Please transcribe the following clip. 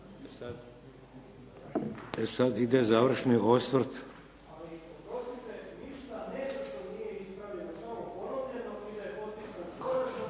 sad ide završni osvrt.